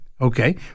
okay